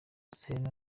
selena